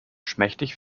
schmächtig